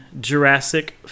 Jurassic